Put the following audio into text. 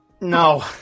No